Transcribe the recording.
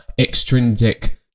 extrinsic